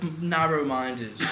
narrow-minded